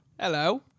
Hello